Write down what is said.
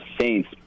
Saints